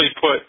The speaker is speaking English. put